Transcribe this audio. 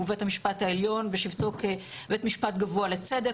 ובית המשפט העליון בשבתו כבית משפט גבוה לצדק,